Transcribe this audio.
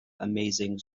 amazing